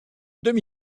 demi